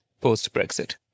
post-Brexit